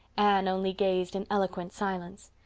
anne only gazed in eloquent silence.